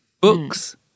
Books